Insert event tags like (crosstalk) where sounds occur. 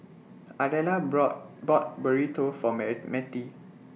Ardella brought bought Burrito For (unintelligible) Matie